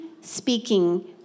speaking